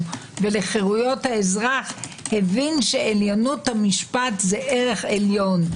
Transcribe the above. ולחירויות האזרח הבין שעליונות המשפט היא ערך עליון.